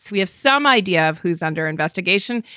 we have some idea of who's under investigation.